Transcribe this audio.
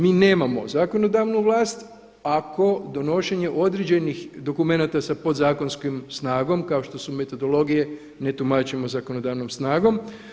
Mi nemamo zakonodavnu vlast, ako donošenje određenih dokumenta sa podzakonskom snagom kao što su metodologije ne tumačimo zakonodavnom snagom.